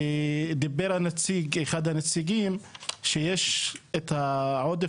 ודיבר אחד הנציגים על כך שיש עודף